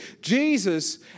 Jesus